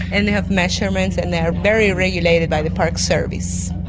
and they have measurements and they are very regulated by the parks service.